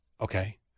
okay